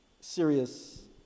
serious